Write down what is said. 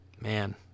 man